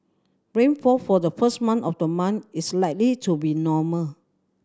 rainfall for the first month of the month is likely to be normal